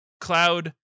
Cloud